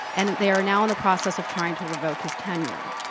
and they are now in the process of trying to revoke his tenure.